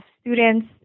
students